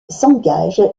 s’engage